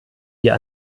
wir